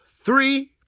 three